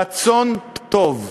רצון טוב.